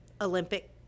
olympic